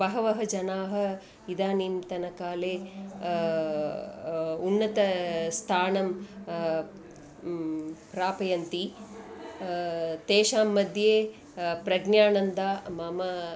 बहवः जनाः इदानींतनकाले उन्नतस्थानं प्रापयन्ति तेषां मध्ये प्रज्ञानन्दः मम